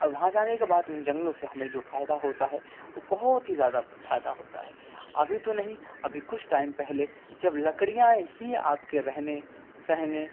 اور وہاں جانے کے بعد ان جنگلوں سے ہمیں جو فائدہ ہوتا ہے وہ بہت ہی زیادہ پھائدہ ہوتا ہے ابھی تو نہیں ابھی کچھ ٹائم پہلے جب لکڑیاں ہیں آپ کے رہنے سہنے